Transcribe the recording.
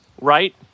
right